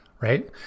right